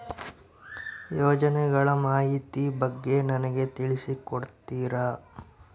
ಯೋಜನೆಗಳ ಮಾಹಿತಿ ಬಗ್ಗೆ ನನಗೆ ತಿಳಿಸಿ ಕೊಡ್ತೇರಾ?